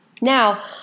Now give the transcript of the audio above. Now